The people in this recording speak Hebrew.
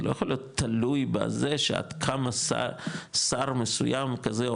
זה לא יכול להיות תלוי בזה שעד כמה שר מסוים כזה,